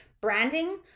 Branding